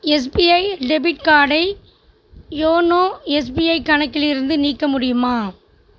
SBI debit கார்டை YONO SBI கணக்கிலிருந்து நீக்க முடியுமா